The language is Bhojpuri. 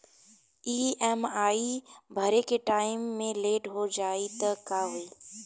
ई.एम.आई भरे के टाइम मे लेट हो जायी त का होई?